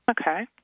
Okay